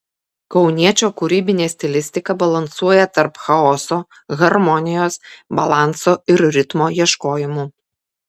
kauniečio kūrybinė stilistika balansuoja tarp chaoso harmonijos balanso ir ritmo ieškojimų